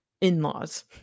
in-laws